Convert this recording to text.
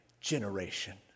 Generation